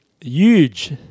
Huge